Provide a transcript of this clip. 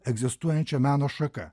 egzistuojančio meno šaka